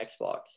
Xbox